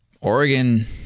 Oregon